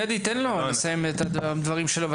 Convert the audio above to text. גדי תן לו לסיים את הדברים שלו בבקשה.